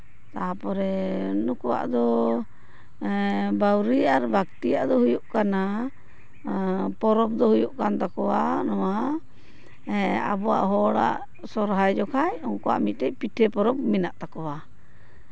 ᱛᱟᱨᱯᱚᱨᱮ ᱱᱩᱠᱩᱣᱟᱜ ᱫᱚ ᱮ ᱵᱟᱹᱣᱨᱤ ᱟᱨ ᱵᱟᱜᱽᱫᱤᱭᱟᱜ ᱫᱚ ᱦᱩᱭᱩᱜ ᱠᱟᱱᱟ ᱯᱚᱨᱚᱵᱽ ᱫᱚ ᱦᱩᱭᱩᱜ ᱠᱟᱱ ᱛᱟᱠᱚᱣᱟ ᱱᱚᱣᱟ ᱮᱜ ᱟᱵᱚᱣᱟᱜ ᱦᱚᱲᱟᱜ ᱥᱚᱨᱦᱟᱭ ᱡᱚᱠᱷᱚᱡ ᱩᱱᱠᱩᱣᱟᱜ ᱢᱤᱫᱴᱮᱱ ᱯᱤᱴᱷᱮ ᱯᱚᱨᱚᱵᱽ ᱢᱮᱱᱟᱜ ᱛᱟᱠᱚᱣᱟ